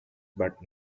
but